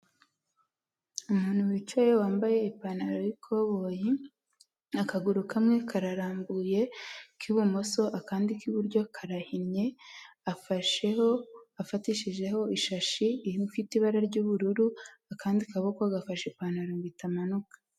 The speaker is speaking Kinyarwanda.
Umuntu wicaye wambaye ipantaro y'ikoboyi, akaguru kamwe kararambuye k'ibumoso, akandi k'iburyo karahinnye, afasheho afatishijeho ishashi, ifite ibara ry'ubururu, akandi kaboko gafashe ipantaro ngo itamanuka.